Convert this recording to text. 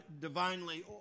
divinely